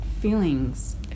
feelings